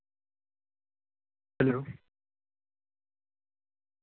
hello